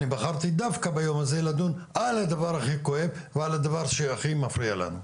אני בחרתי דווקא ביום הזה לדון על הדבר הכי כואב והכי מפריע לנו.